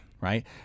Right